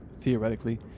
theoretically